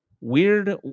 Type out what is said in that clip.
Weird